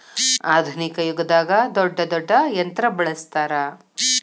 ಆದುನಿಕ ಯುಗದಾಗ ದೊಡ್ಡ ದೊಡ್ಡ ಯಂತ್ರಾ ಬಳಸ್ತಾರ